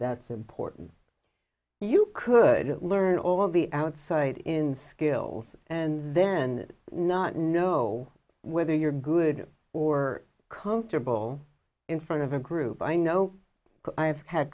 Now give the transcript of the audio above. that's important you couldn't learn all the outside in skills and then not know whether you're good or comfortable in front of a group i know i have had